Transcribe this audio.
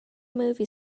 movie